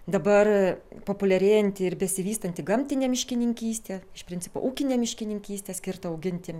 dabar populiarėjanti ir besivystanti gamtinė miškininkystė iš principo ūkinę miškininkystę skirtą auginti